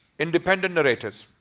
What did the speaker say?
independent narrators.